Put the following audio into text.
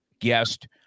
guest